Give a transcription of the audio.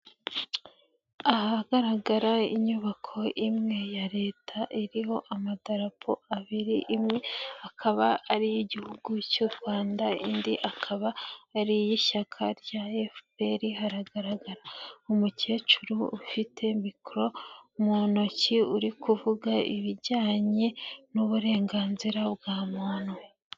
Ahagaragara inyubako imwe ya Leta iriho amadarapo abiri, imwe akaba ari iy'Igihugu cy'u Rwanda indi akaba ari iy'ishyaka rya FPR, haragaragara umukecuru ufite mikoro mu ntoki uri kuvuga ibijyanye n'uburenganzira bwa muntu.